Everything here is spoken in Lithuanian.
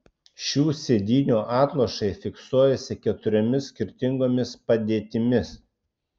šių sėdynių atlošai fiksuojasi keturiomis skirtingomis padėtimis